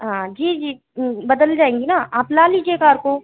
हाँ जी जी बदल जाएँगी ना आप ला लीजिए कार को